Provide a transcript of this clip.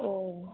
औ